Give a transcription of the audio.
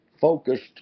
focused